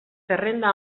zerrenda